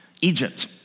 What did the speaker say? Egypt